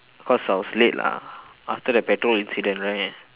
because I was late lah after the petrol incident right